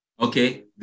Okay